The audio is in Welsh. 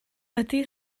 ydy